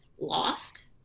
lost